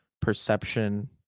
perception